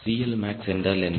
CLmax என்றால் என்ன